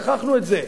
שכחנו את זה,